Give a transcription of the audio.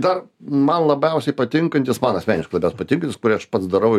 dar man labiausiai patinkantis man asmeniškai labiausiai patinkantis kurį aš pats darau